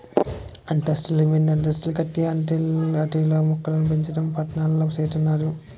అంతస్తులు మీదంతస్తులు కట్టి ఆటిల్లో మోక్కలుపెంచడం పట్నాల్లో సేత్తన్నారు